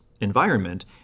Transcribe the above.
environment